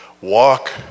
Walk